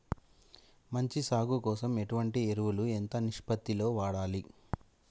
మంచి సాగు కోసం ఎటువంటి ఎరువులు ఎంత నిష్పత్తి లో వాడాలి?